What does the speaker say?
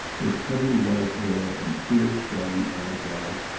with heavy white hair and fierce shaggy eyebrows,